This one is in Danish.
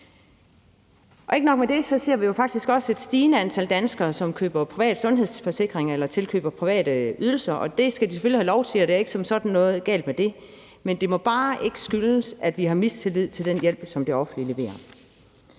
Ikke nok med det ser vi jo faktisk også et stigende antal danskere, som køber private sundhedsforsikringer eller tilkøber private ydelser, og det skal de selvfølgelig have lov til. Der er ikke som sådan noget galt med det. Men det må bare ikke skyldes, at vi har mistillid til den hjælp, som det offentlige leverer.